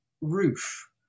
roof